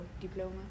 diploma